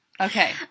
Okay